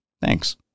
Thanks